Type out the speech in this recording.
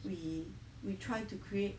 we we try to create